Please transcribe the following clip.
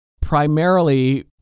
primarily